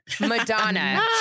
Madonna